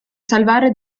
salvare